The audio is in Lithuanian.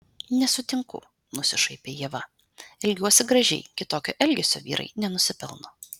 nesutinku nusišaipė ieva elgiuosi gražiai kitokio elgesio vyrai nenusipelno